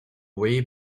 way